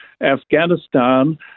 Afghanistan